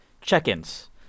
check-ins